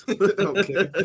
Okay